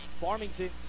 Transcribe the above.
Farmington